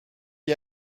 you